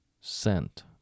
sent